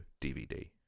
DVD